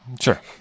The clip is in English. Sure